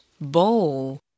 bowl